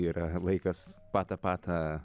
yra laikas pata pata